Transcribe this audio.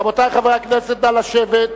רבותי חברי הכנסת, נא לשבת.